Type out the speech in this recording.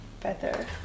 better